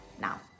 now